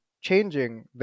changing